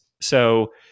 So-